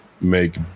make